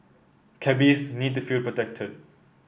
cabbies need to feel protected